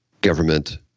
government